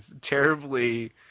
terribly